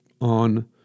on